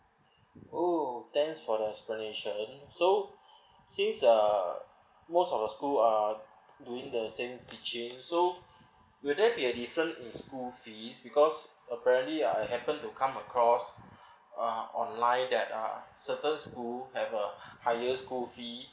oh thanks for the explanation so since uh most of the school uh doing the same teaching so will there be uh different in school fees because apparently I happen to come across uh online that uh certain school have uh higher school fee